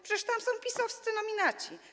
Przecież tam są PiS-owscy nominaci.